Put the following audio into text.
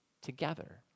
together